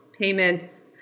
payments